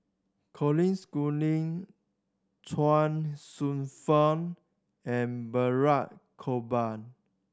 Colin Schooling Chuang Hsueh Fang and Balraj Gopal